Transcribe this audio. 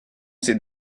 ces